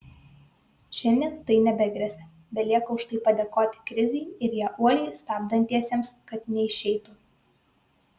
šiandien tai nebegresia belieka už tai padėkoti krizei ir ją uoliai stabdantiesiems kad neišeitų